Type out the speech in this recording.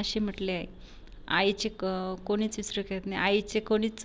असे म्हटले आहे आईचे कं कोणीच विसरू शकत नाही आईचे कोणीच